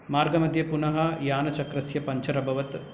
मार्गमध्ये पुनः यानचक्रस्य पञ्चर् अभवत्